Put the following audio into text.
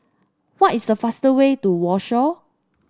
what is the faster way to Warsaw